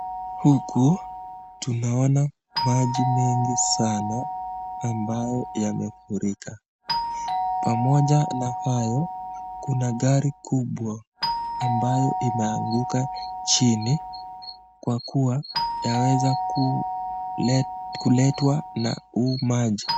Huku tunaona maji mengi sana ambayo yamefurika, pamoja na hayo kuna gari kubwa ambayo imeanguka chini kwa kuwa imeeza kuletwa na huu maji.